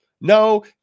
no